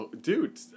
dude